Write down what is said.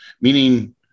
meaning